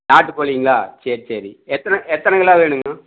நாட்டுக்கோழிங்களா சரி சரி எத்தனை எத்தனை கிலோ வேணும்ங்க